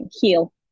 heal